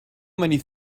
many